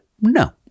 no